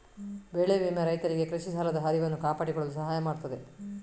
ಬೆಳೆ ವಿಮೆ ರೈತರಿಗೆ ಕೃಷಿ ಸಾಲದ ಹರಿವನ್ನು ಕಾಪಾಡಿಕೊಳ್ಳಲು ಸಹಾಯ ಮಾಡುತ್ತದೆ